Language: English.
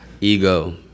ego